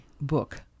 book